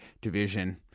division